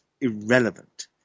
irrelevant